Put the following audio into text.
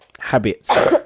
habits